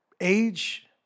age